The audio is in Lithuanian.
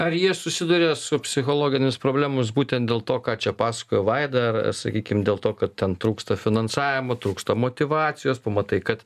ar jie susiduria su psichologinėmis problemomis būtent dėl to ką čia pasakojo vaida ar sakykim dėl to kad ten trūksta finansavimo trūksta motyvacijos pamatai kad